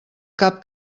cap